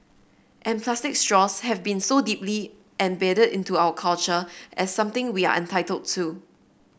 and plastic straws have been so deeply embedded into our culture as something we are entitled to